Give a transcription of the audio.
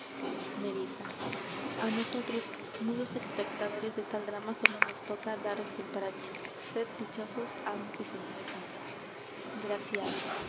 á nosotros mudos espectadores de tal drama sólo nos toca daros el parabien sed dichosos amos y señores mios